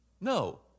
No